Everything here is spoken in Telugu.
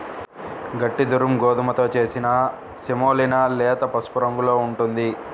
గట్టి దురుమ్ గోధుమతో చేసిన సెమోలినా లేత పసుపు రంగులో ఉంటుంది